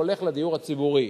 הולך לדיור הציבורי.